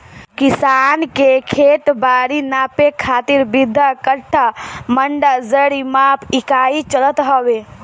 किसान के खेत बारी नापे खातिर बीघा, कठ्ठा, मंडा, जरी माप इकाई चलत हवे